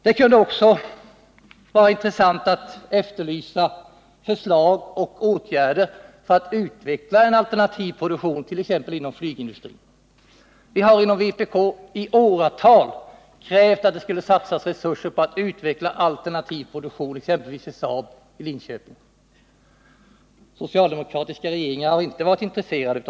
Det skulle vidare vara intressant att få fram förslag till åtgärder för att utveckla alternativ produktion, t.ex. inom flygindustrin. Vi inom vpk har i åratal krävt en satsning på resurser för att utveckla just alternativ produktion, exempelvis vid Saab i Linköping. Socialdemokratiska regeringar har inte varit intresserade.